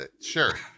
sure